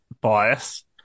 Bias